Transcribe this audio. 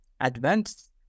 advanced